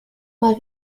mal